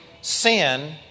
sin